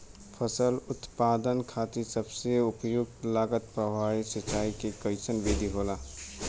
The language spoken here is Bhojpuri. फसल उत्पादन खातिर सबसे उपयुक्त लागत प्रभावी सिंचाई के कइसन विधि होला?